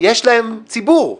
יש להם ציבור.